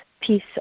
piece